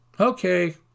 Okay